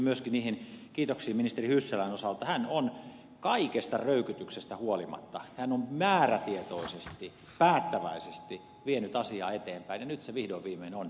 yhdyn myöskin niihin kiitoksiin ministeri hyssälän osalta hän on kaikesta röykytyksestä huolimatta määrätietoisesti päättäväisesti vienyt asiaa eteenpäin ja nyt se vihdoin viimein on maalissa